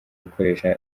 ikoreshwa